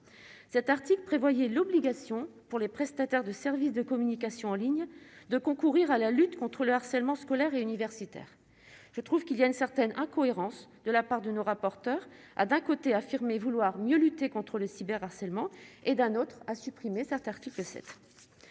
cet article prévoyait l'obligation pour les prestataires de services de communication en ligne de concourir à la lutte contre le harcèlement scolaire et universitaire, je trouve qu'il y a une certaine incohérence de la part de nos rapporteurs a d'un côté affirmé vouloir mieux lutter contre le cyber-harcèlement et d'un autre à supprimer cet article 7